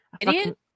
Idiot